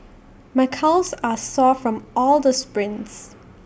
my calves are sore from all the sprints